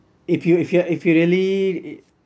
if you if you if you really